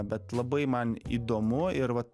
bet labai man įdomu ir vat